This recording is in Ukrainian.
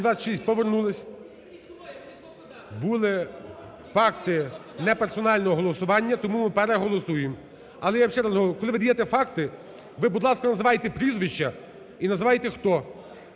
Повернулися. Були факти не персонального голосування, тому ми переголосуємо. Але я ще раз говорю, коли ви даєте факти, ви, будь ласка, називайте прізвища і називайте хто.